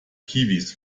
kiwis